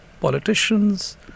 Politicians